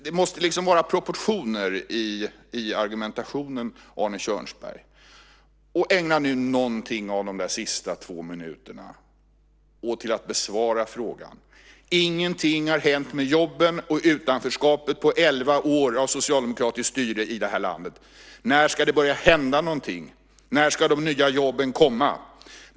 Det måste vara proportioner i argumentationen, Arne Kjörnsberg. Ägna nu någonting av de sista två minuternas talartid till att besvara frågan. Ingenting har hänt med jobben och utanförskapet på elva år av socialdemokratiskt styre i det här landet. När ska det börja hända någonting? När ska de nya jobben komma?